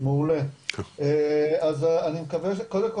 מקווה שיהיה לזה המשכיות יעילה.